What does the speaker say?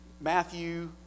Matthew